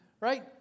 Right